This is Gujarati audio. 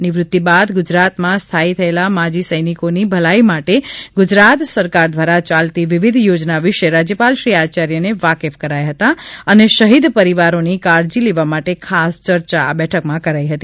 નિવૃતિ બાદ ગુજરાત માં સ્થાયી થયેલા માજી સૈનિકી ની ભલાઈ માટે ગુજરાત સરકાર દ્વારા ચાલતી વિવિધ યોજના વિશે રાજયપાલ શ્રી આચાર્ય ને વાકેફ કરાયા હતા અને શહીદ પરિવારો ની કાળજી લેવા માટે ખાસ ચર્ચા આ બેઠક માં કરાઇ હતી